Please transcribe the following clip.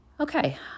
Okay